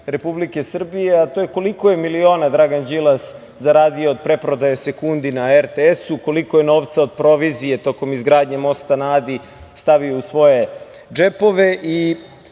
Republike Srbije, a to je – koliko je miliona Dragan Đilas zaradio od pretprodaje sekundi na RTS, koliko je novca od provizije tokom izgradnje Mosta na Adi stavio u svoje džepove?